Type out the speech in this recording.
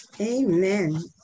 Amen